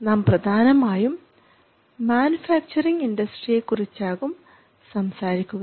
നാം പ്രധാനമായും മാനുഫാക്ചറിങ് ഇൻഡസ്ട്രിയെകുറിച്ചാകും സംസാരിക്കുക